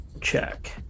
check